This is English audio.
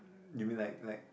you mean like like